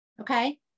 okay